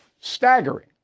staggering